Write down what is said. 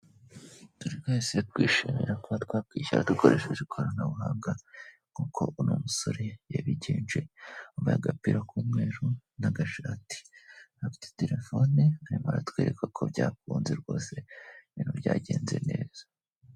Dore twese dushobora kuba twakwishyura dukoresheje ikoranabuhanga nk'uko uno musore yabigenje yambaye agapira k'umweru nagashati afite terefone arimo aratwereka ko byakunze rwose, ibintu byagenze neza.